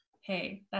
Hey